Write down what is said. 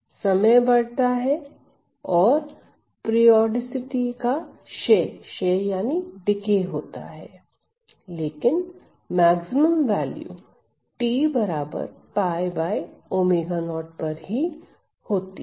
समय बढ़ता है और पीरिऑडिसिटी का क्षय होता है लेकिन मैक्सिमम वैल्यू t 𝝅𝛚0 पर ही होती है